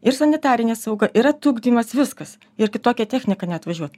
ir sanitarinė sauga yra trukdymas viskas ir kitokia technika net važiuot